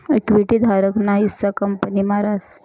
equity धारक ना हिस्सा कंपनी मा रास